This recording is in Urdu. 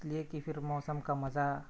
لے کے پھر موسم کا مزہ